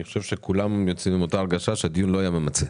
חושב שכולם יצאו עם אותה הרגשה שהדיון לא היה ממצה,